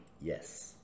Yes